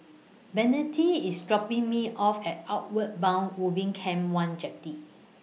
Bennett IS dropping Me off At Outward Bound Ubin Camp one Jetty